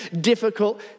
difficult